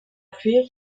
pluie